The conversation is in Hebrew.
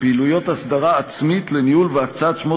פעילויות הסדרה עצמית לניהול והקצאה של שמות